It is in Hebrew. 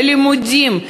ללימודים,